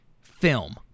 film